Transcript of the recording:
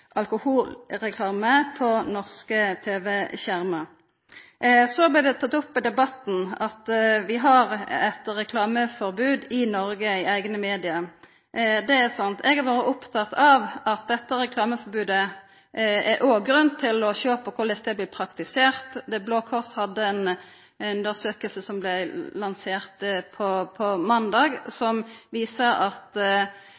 alkoholreklame på norske tv-skjermar. Så blei det teke opp i debatten at vi har eit reklameforbod i Noreg i eigne media. Det er sant. Eg har vore oppteken av at dette reklameforbodet òg er ein grunn til å sjå på korleis det blir praktisert. Blå Kors la fram ein rapport på måndag, som